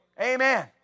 Amen